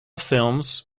films